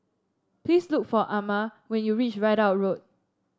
please look for Ama when you reach Ridout Road